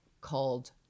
called